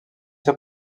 ser